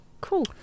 Cool